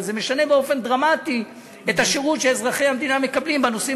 אבל זה משנה באופן דרמטי את השירות שאזרחי המדינה מקבלים בנושאים